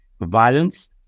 Violence